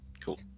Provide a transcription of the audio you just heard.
Cool